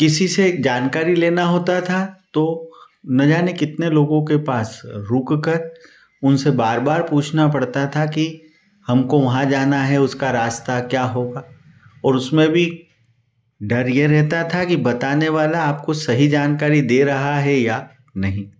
किसी से जानकारी लेना होता था तो न जाने कितने लोगों के पास रुक कर उनसे बार बार पूछना पड़ता था कि हमको वहाँ जाना है उसका रास्ता क्या होगा और उसमें भी डर ये रहता था कि बताने वाला आपको सही जानकारी दे रहा है या नहीं